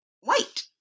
white